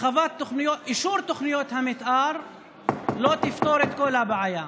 אישור תוכנית המתאר לא יפתור את כל הבעיה.